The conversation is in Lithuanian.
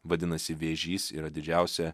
vadinasi vėžys yra didžiausia